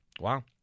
Wow